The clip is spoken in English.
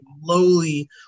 Slowly